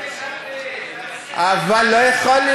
תעזוב את